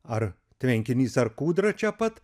ar tvenkinys ar kūdra čia pat